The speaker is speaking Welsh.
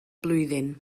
blwyddyn